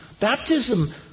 baptism